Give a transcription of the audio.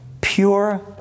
Pure